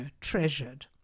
treasured